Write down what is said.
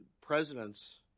presidents